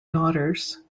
daughters